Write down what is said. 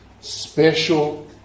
special